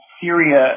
Syria